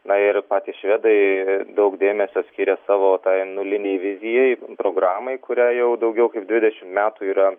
na ir patys švedai daug dėmesio skiria savo tai nulinei vizijai programai kurią jau daugiau kaip dvidešimt metų yra